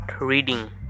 reading